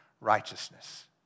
righteousness